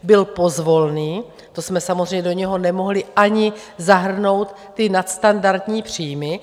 Byl pozvolný, to jsme samozřejmě do něj nemohli zahrnout ani ty nadstandardní příjmy.